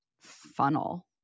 funnel